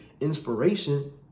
inspiration